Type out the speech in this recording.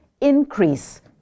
increase